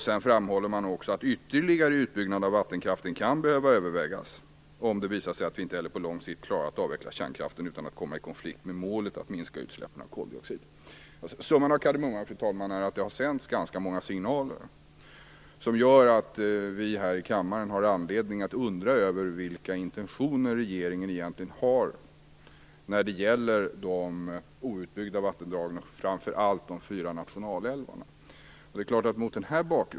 Sedan framhåller man också att ytterligare utbyggnad av vattenkraften kan behöva övervägas om det visar sig att man inte heller på lång sikt klarar av att avveckla kärnkraften utan att komma i konflikt med målet att minska utsläppen av koldioxid. Summan av kardemumman, fru talman, är att det har sänts ganska många signaler som gör att vi här i kammaren har anledning att undra över vilka intentioner regeringen egentligen har när det gäller de outbyggda vattendragen, framför allt de fyra nationalälvarna.